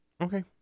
Okay